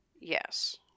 Yes